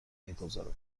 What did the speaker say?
میگذرد